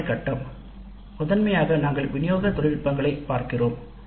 மேம்பாட்டு கட்டம் முதன்மையாக நாங்கள் விநியோக தொழில்நுட்பங்களைப் பார்க்கிறோம்